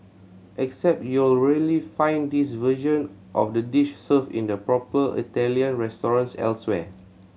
except you'll rarely find this version of the dish served in the proper Italian restaurant elsewhere